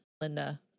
Linda